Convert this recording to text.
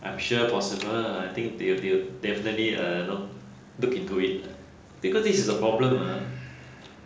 I am sure possible I think they'll they'll definitely uh you know look into it because this is a problem ha